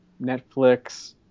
Netflix